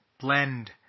blend